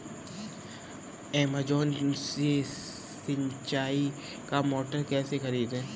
Amazon से सिंचाई का मोटर कैसे खरीदें?